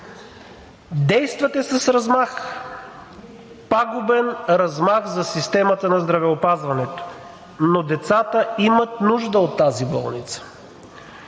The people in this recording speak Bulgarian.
Действате с размах – пагубен размах, за системата на здравеопазването. Но децата имат нужда от тази болница